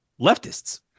leftists